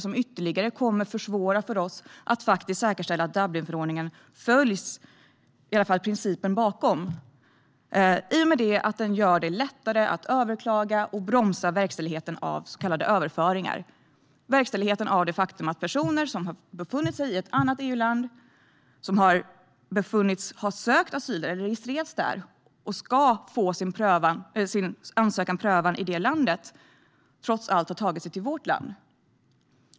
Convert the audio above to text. Dessa förslag kommer att göra det ännu svårare för oss att säkerställa att Dublinförordningen - eller i alla fall principen bakom den - följs, i och med att de gör det lättare att överklaga och lättare att bromsa verkställigheten av så kallade överföringar. Förslagen gör det lättare att bromsa verkställigheten av åtgärder som följer på det faktum att personer som har befunnit sig i ett annat EU-land - personer som har sökt asyl eller registrerats där och som ska få sin ansökan prövad i det landet - trots allt har tagit sig till vårt land.